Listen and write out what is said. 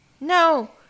No